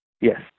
Yes